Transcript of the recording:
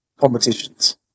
Competitions